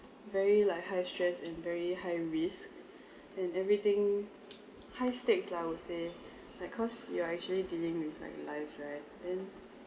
very like high stressed and very high risk and everything high stakes lah I would say like cause you are actually dealing with like lives right then